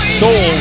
soul